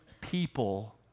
people